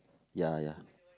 ya ya